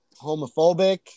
homophobic